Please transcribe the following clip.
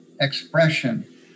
expression